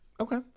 Okay